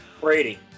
Brady